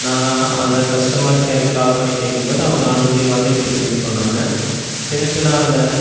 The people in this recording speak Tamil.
நான் அந்த கஸ்டமர் கேருக்கு கால் பண்ணி கேட்கும் போது அவங்க ஆன் தி வே வந்துகிட்டிருக்குன் சொன்னாங்க சரின்ட்டு நான் அந்த